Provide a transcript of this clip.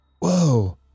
whoa